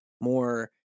more